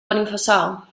benifassà